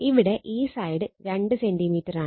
ഇവിടെ ഈ സൈഡ് 2 സെന്റിമീറ്ററാണ്